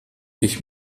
ich